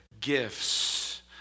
gifts